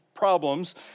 problems